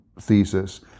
thesis